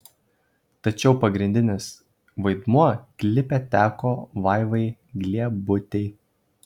tačiau pagrindinis vaidmuo klipe teko vaivai gliebutei